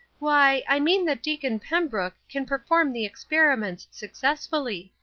why, i mean that deacon pembrook can perform the experiments successfully.